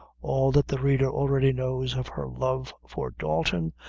all that the reader already knows of her love for dalton,